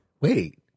Wait